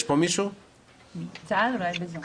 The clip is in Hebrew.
יש פה מישהו שיכול לענות על זה?